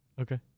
Okay